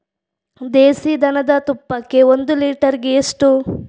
ದೇಸಿ ದನದ ತುಪ್ಪಕ್ಕೆ ಒಂದು ಲೀಟರ್ಗೆ ಎಷ್ಟು?